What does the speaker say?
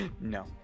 No